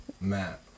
Matt